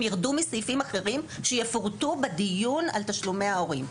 העלאה הזאת תרד מסעיפים אחרים שיפורטו בדיון על תשלומי ההורים.